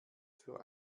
für